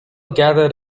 gathered